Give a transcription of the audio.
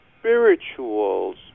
spirituals